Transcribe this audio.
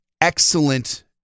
excellent